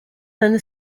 than